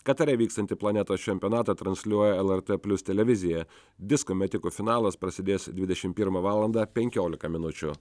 katare vykstantį planetos čempionatą transliuoja lrt plius televizija disko metikų finalas prasidės dvidešim pirmą valandą penkiolika minučių